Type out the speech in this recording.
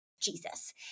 Jesus